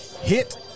hit